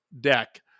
deck